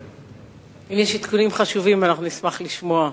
אם יש עדכונים חשובים אנחנו נשמח לשמוע.